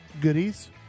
goodies